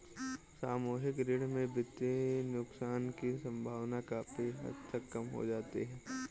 सामूहिक ऋण में वित्तीय नुकसान की सम्भावना काफी हद तक कम हो जाती है